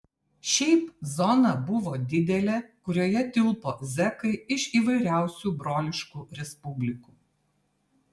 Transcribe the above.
šiaip zona buvo didelė kurioje tilpo zekai iš įvairiausių broliškų respublikų